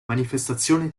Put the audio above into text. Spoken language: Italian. manifestazione